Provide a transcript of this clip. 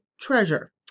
treasure